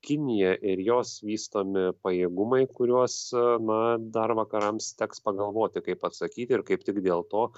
kinija ir jos vystomi pajėgumai kuriuos na dar vakarams teks pagalvoti kaip atsakyti ir kaip tik dėl to